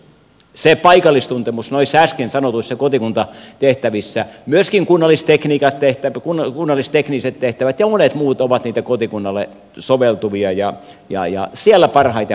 se paikallistuntemus noissa äsken sanotuissa kotikuntatehtävissä myöskin kunnallistekniset tehtävät ja monet muut ovat niitä kotikunnalle soveltuvia ja siellä parhaiten hoidettavia asioita